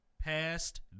past